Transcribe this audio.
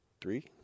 three